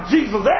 Jesus